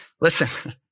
Listen